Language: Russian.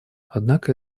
однако